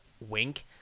wink